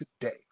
today